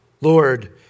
Lord